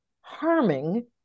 harming